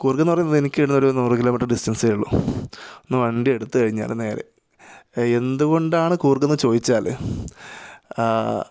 കൂര്ഗെന്നു പറയുന്നത് എനിക്കിവിടുന്നൊരു നൂറ് കിലോ മീറ്റര് ടിസ്റ്റന്സേ ഉള്ളൂ ഒന്ന് വണ്ടിയെടുത്തു കഴിഞ്ഞാൽ നേരെ എന്ത് കൊണ്ടാണ് കൂര്ഗെന്നു ചോദിച്ചാൽ